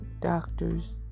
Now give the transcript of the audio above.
Doctors